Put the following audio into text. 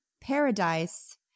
Paradise